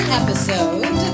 episode